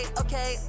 okay